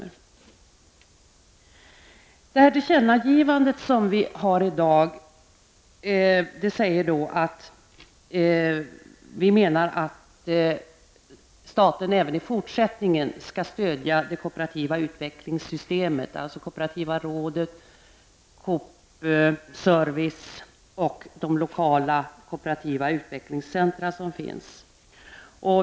I det tillkännagivande som vi gör i dag, menar vi att staten även i fortsättningen skall stödja det kooperativa utvecklingssystemet, dvs. det kooperativa institutet, koopservice och de lokala kooperativa utvecklingscentra som finns.